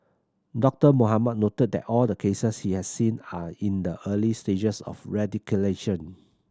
Doctor Mohamed noted that all the cases he has seen are in the early stages of radicalisation